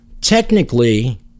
Technically